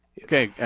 okay,